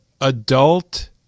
adult